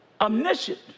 omniscient